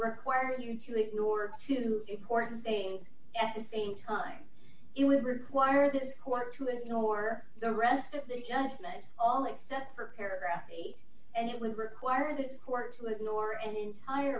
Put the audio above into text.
require you to ignore two important things at the same time it would require this court to ignore the rest of the judgment all except for paragraph b and it would require the court to ignore an entire